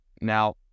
Now